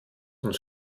uns